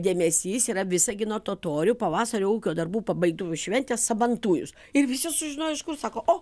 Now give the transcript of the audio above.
dėmesys yra visagino totorių pavasario ūkio darbų pabaigtuvių šventė sabantujus ir visi sužinojo iš kur sako